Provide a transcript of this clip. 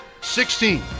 Sixteen